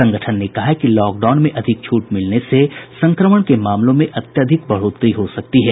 संगठन ने कहा है कि लॉकडाउन में अधिक छूट मिलने से संक्रमण के मामलों में अत्यधिक बढ़ोतरी हो सकती है